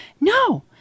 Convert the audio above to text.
no